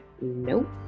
nope